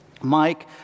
Mike